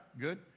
Good